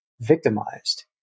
victimized